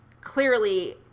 Clearly